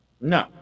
No